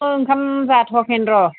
ओंखाम जाथ'वाखैनो र'